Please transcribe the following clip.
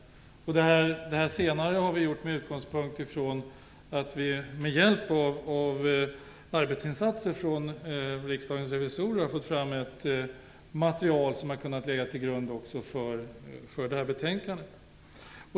Det senare har vi gjort med hjälp av arbetsinsatser från Riksdagens revisorer. Därigenom har vi fått fram ett material som också har kunnat ligga till grund för detta betänkande.